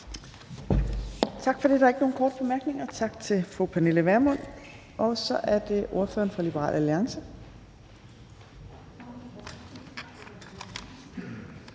Tak for det. Der er ikke nogen korte bemærkninger. Tak til fru Pernille Vermund. Så er det ordføreren for Liberal Alliance.